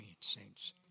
saints